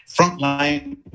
frontline